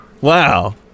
Wow